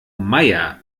maier